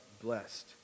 blessed